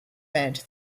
meant